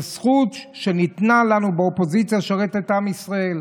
זה זכות שניתנה לנו באופוזיציה לשרת את עם ישראל.